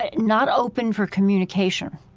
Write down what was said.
ah not open for communication.